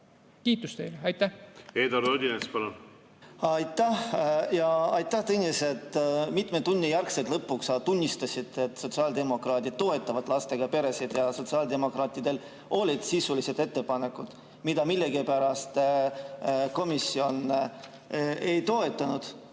Odinets, palun! Eduard Odinets, palun! Aitäh! Ja aitäh, Tõnis, et mitme tunni jooksul lõpuks sa tunnistasid, et sotsiaaldemokraadid toetavad lastega peresid ja sotsiaaldemokraatidel olid sisulised ettepanekud, mida millegipärast komisjon ei toetanud.